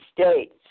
states